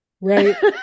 Right